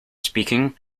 speaking